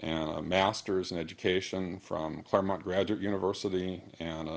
and a masters in education from claremont graduate university and